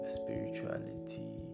spirituality